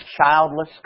childless